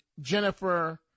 Jennifer